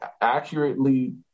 accurately